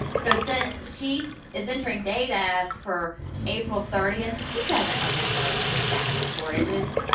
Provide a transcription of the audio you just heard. so, since she is entering data for april thirtieth, she doesn't remember the staffing shortages.